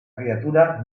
criatura